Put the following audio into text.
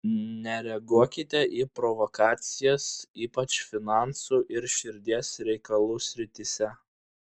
nereaguokite į provokacijas ypač finansų ir širdies reikalų srityse